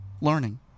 learning